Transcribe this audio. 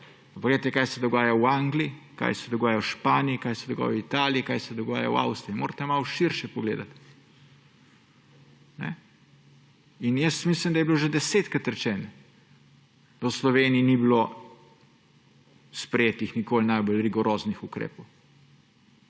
Poglejte, kaj se dogaja v Anglij, kaj se dogaja v Španij, kaj se dogaja v Italiji, kaj se dogaja v Avstriji, morate malo širše pogledati. In mislim, da je bilo že 10-krat rečeno, da v Sloveniji ni bilo sprejetih nikoli najbolj rigoroznih ukrepov,